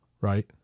right